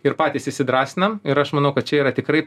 ir patys įsidrąsinam ir aš manau kad čia yra tikrai